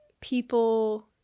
people